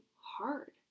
hard